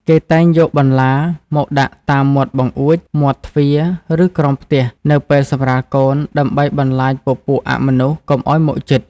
គេតែងយកបន្លាមកដាក់តាមមាត់បង្អួចមាត់ទ្វាឬក្រោមផ្ទះនៅពេលសម្រាលកូនដើម្បីបន្លាចពពួកអមនុស្សកុំឲ្យមកជិត